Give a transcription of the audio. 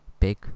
big